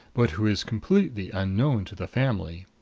but who is completely unknown to the family.